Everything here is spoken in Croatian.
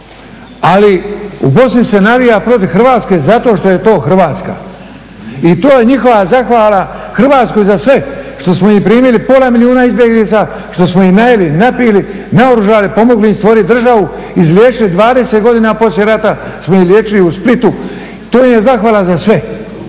ali u Bosni se navija protiv Hrvatske zato što je to Hrvatska. I to je njihova zahvala Hrvatskoj za sve što smo im primili pola milijuna izbjeglica, što smo ih najeli, napili, naoružali, pomogli im stvoriti državu, izliječili 20. godina poslije rata, smo ih liječili u Splitu. To im je zahvala za sve.